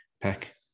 pack